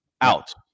out